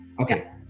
Okay